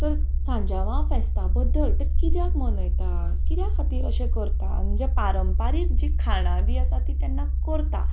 तर सांज्यावां फेस्तां बद्दल तें कित्याक मनयता किद्या खातीर अशें करता म्हणजे पारंपारीक जीं खाणां बी आसा ती तेन्ना करता